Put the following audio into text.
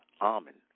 almond